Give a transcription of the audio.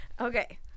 Okay